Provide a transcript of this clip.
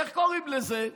איך קוראים לזה?